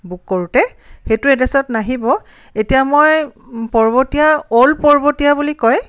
book কৰোঁতে সেইটো এড্ৰেচত নাহিব এতিয়া মই পৰ্বতীয়া অল্ড পৰ্বতীয়া বুলি কয়